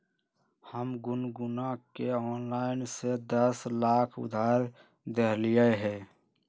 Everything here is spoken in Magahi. हम गुनगुण के ऑनलाइन से दस लाख उधार देलिअई ह